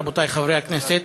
רבותי חברי הכנסת,